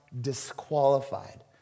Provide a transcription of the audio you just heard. disqualified